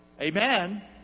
Amen